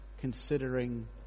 considering